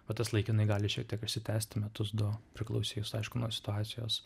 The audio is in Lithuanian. o tas laikinai gali šiek tiek išsitęsti metus du priklausys aišku nuo situacijos